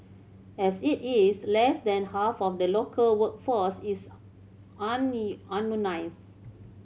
as it is less than half of the local workforce is